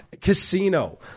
Casino